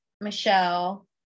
michelle